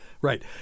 Right